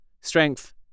Strength